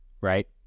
right